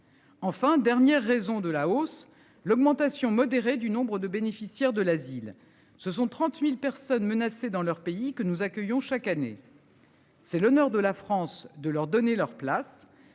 Enfin, dernière raison de la hausse l'augmentation modérée du nombre de bénéficiaires de l'asile. Ce sont 30.000 personnes menacées dans leur pays que nous accueillons chaque année.-- C'est le nord de la France, de leur donner leur place